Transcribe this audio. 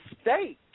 state